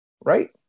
Right